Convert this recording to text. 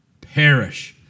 perish